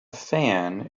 fan